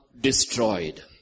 destroyed